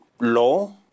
law